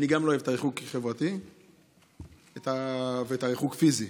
אני גם לא אוהב את הריחוק החברתי ואת הריחוק הפיזי.